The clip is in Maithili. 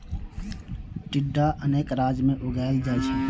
टिंडा अनेक राज्य मे उगाएल जाइ छै